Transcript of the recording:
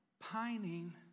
pining